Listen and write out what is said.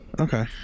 Okay